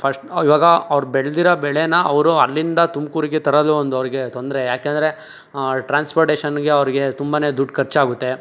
first ಇವಾಗ ಅವ್ರು ಬೆಳೆದಿರೋ ಬೆಳೆನ್ನ ಅವರು ಅಲ್ಲಿಂದ ತುಮಕೂರಿಗೆ ತರಲು ಒಂದು ಅವ್ರಿಗೆ ತೊಂದರೆ ಯಾಕೆಂದ್ರೆ ಟ್ರಾನ್ಸ್ಪೋರ್ಟೇಷನ್ಗೆ ಅವ್ರಿಗೆ ತುಂಬಾನೇ ದುಡ್ಡು ಖರ್ಚಾಗುತ್ತೆ